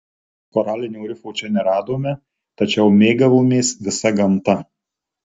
koralinio rifo čia neradome tačiau mėgavomės visa gamta